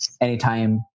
anytime